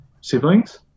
siblings